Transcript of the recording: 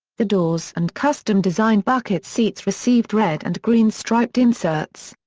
the doors and custom-designed bucket seats received red and green striped inserts.